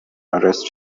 arrest